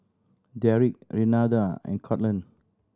Deric Renada and Courtland